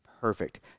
Perfect